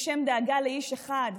בשם דאגה לאיש אחד,